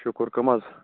شُکُر کٕم حظ